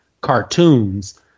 cartoons